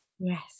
Yes